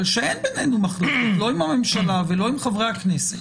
אבל שאין בינינו מחלוקת לא עם הממשלה ולא עם חברי הכנסת